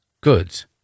Goods